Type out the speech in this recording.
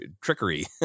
trickery